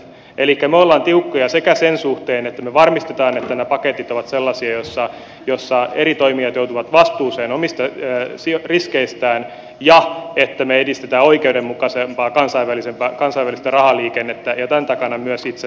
me olemme tiukkoja sen suhteen että me varmistamme että nämä paketit ovat sellaisia joissa eri toimijat joutuvat vastuuseen omista riskeistään ja että me edistämme oikeudenmukaisempaa kansainvälistä rahaliikennettä ja tämän takana myös itse seison ministerinä